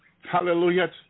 Hallelujah